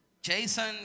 Jason